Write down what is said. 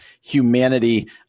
Humanity